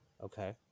Okay